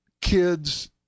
kids